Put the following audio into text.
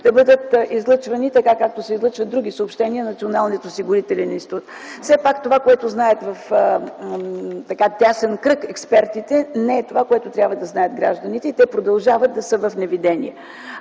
да бъдат излъчвани така, както се излъчват други съобщения от Националния осигурителен институт. Все пак това, което знаят в тесен кръг експертите, не е това, което трябва да знаят гражданите и те продължават да са в неведение.